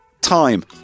Time